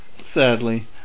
sadly